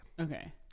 Okay